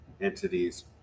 entities